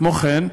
כמו כן,